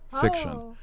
fiction